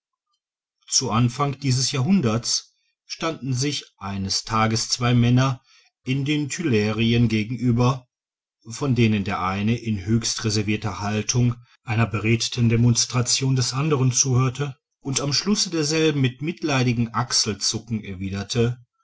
zu anfang dieses jahrhunderts standen sich eines tages zwei männer in den tuillerien gegenüber von denen der eine in höchst reservirter haltung einer beredten demonstration des anderen zuhörte und am schlusse derselben mit mitleidigem achselzucken erwiderte